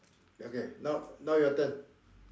okay now now your turn